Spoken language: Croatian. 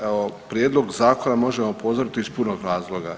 Evo, prijedlog zakona možemo pozdraviti iz puno razloga.